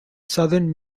southern